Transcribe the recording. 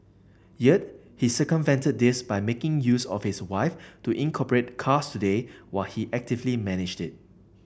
yet he circumvented this by making use of his wife to incorporate Cars Today while he actively managed it